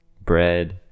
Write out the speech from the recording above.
bread